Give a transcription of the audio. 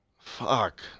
Fuck